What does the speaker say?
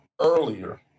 earlier